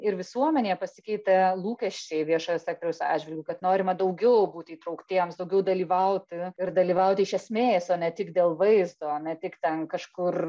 ir visuomenė pasikeitė lūkesčiai viešojo sektoriaus atžvilgiu kad norima daugiau būti įtrauktiems daugiau dalyvaut ir dalyvaut iš esmės o ne tik dėl vaizdo o ne tik ten kažkur